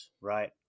right